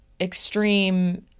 extreme